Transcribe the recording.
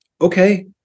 Okay